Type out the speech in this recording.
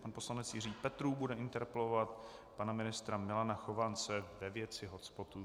Pan poslanec Jiří Petrů bude interpelovat pana ministra Milana Chovance ve věci hotspotů.